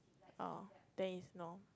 orh then he snore